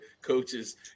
coaches